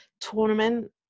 tournament